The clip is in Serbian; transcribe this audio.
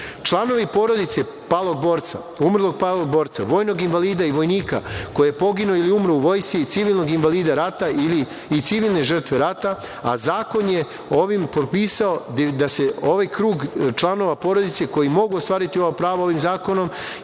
palog borca, umrlog palog borca, vojnog invalida i vojnika, koji je poginuo ili umro u vojsci i civilnog invalida rata ili i civilne žrtve rata, a zakon je ovim propisao da se ovaj krug članova porodice koji mogu ostvariti ovo pravo, ovim zakonom,